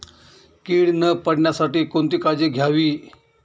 कीड न पडण्यासाठी कोणती काळजी घ्यावी?